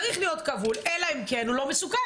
צריך להיות כבול אלא אם כן הוא לא מסוכן.